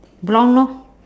blonde lor